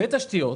בתשתיות?